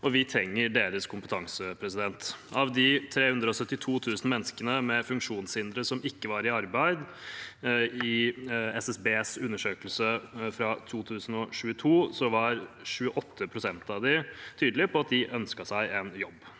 vi trenger deres kompetanse. Av de 372 000 menneskene med funksjonshindre som ikke var i arbeid i SSBs undersøkelse fra 2022, var 28 pst. tydelige på at de ønsket seg en jobb.